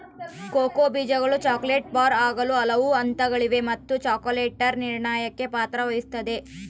cocoa ಬೀಜಗಳು chocolate bar ಆಗಲು ಹಲವು ಹಂತಗಳಿವೆ ಮತ್ತು ಚಾಕೊಲೇಟರ್ ನಿರ್ಣಾಯಕ ಪಾತ್ರ ವಹಿಸುತ್ತದ